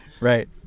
Right